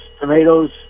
tomatoes